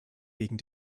wegen